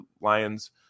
Lions